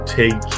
take